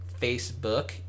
Facebook